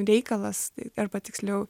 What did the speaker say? reikalas arba tiksliau